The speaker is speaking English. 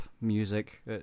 music